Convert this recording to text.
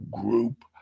group